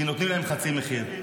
כי נותנים להם חצי מחיר.